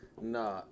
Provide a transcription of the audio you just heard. Nah